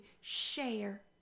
share